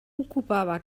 ocupava